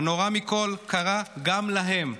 הנורא מכל קרה גם להם.